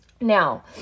Now